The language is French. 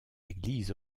églises